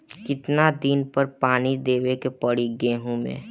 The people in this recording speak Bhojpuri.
कितना दिन पर पानी देवे के पड़ी गहु में?